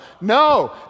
No